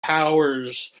powers